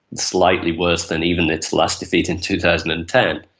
slightly worse than even its last defeat in two thousand and ten,